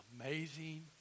amazing